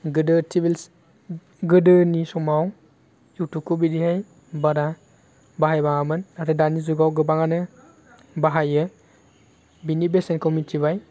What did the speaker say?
गोदो टिभिस गोदोनि समाव इउटुबखौ बिदिहाय बारा बाहाय बाङामोन नाथाय दानि जुगाव गोबाङानो बाहायो बिनि बेसेनखौ मिथिबाय